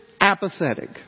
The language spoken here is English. apathetic